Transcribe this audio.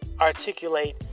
Articulate